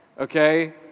okay